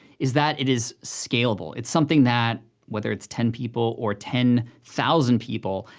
is that it is scalable, it's something that, whether it's ten people, or ten thousand people,